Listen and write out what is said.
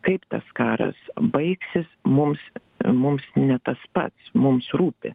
kaip tas karas baigsis mums mums ne tas pats mums rūpi